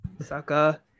Saka